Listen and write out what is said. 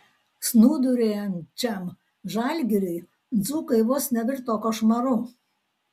snūduriuojančiam žalgiriui dzūkai vos nevirto košmaru